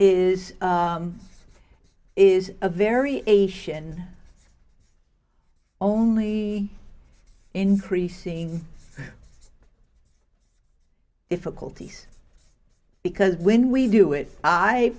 is is a very asian only increasing difficulties because when we do it i